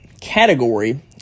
category